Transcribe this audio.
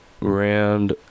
round